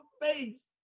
face